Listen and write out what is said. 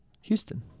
Houston